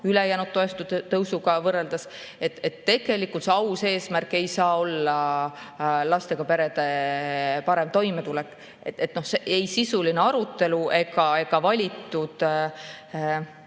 ülejäänud toetuste tõusuga võrreldes. Tegelikult see aus eesmärk ei saa olla lastega perede parem toimetulek. Ei sisuline arutelu ega valitud